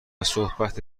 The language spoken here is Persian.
صحبت